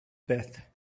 beth